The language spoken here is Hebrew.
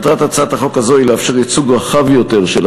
מטרת הצעת החוק הזאת היא לאפשר ייצוג רחב יותר של